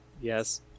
Yes